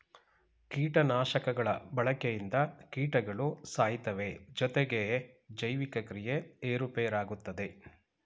ಕೀಟನಾಶಕಗಳ ಬಳಕೆಯಿಂದ ಕೀಟಗಳು ಸಾಯ್ತವೆ ಜೊತೆಗೆ ಜೈವಿಕ ಕ್ರಿಯೆ ಏರುಪೇರಾಗುತ್ತದೆ